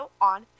on